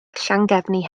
llangefni